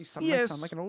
Yes